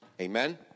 amen